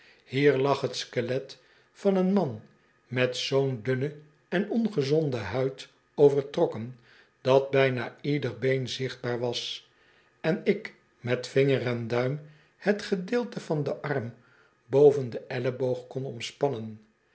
hier lag t skelet van een man met zoo'n dunne en ongezonde huid overtrokken dat bijna ieder been zichtbaar was en ik met vinger en duim het gedeelte van den arm boven den elleboog kon omspannen